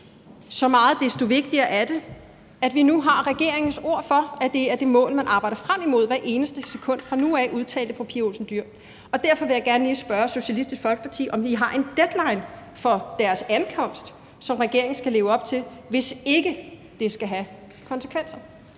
»Så meget desto vigtigere er det, at vi nu har regeringens ord for, at det er det mål, man arbejder frem imod hvert eneste sekund fra nu af«, udtalte fru Pia Olsen Dyhr. Derfor vil jeg gerne lige spørge Socialistisk Folkeparti, om de har en deadline for deres ankomst, som regeringen skal leve op til, hvis ikke det skal have konsekvenser.